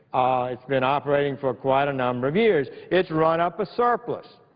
it's been operating for quite a number of years. it's run up a surplus.